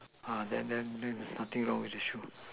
then then nothing wrong with the shoe